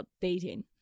dating